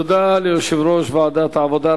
תודה ליושב-ראש ועדת העבודה,